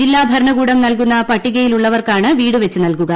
ജില്ലാ ഭരണകൂടം നൽകുന്ന പട്ടികയിലുള്ളവർക്കാണ്ട് വീട് വച്ച് നൽകുക